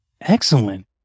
Excellent